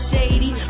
Shady